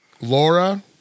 Laura